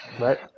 right